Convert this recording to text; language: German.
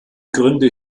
gründe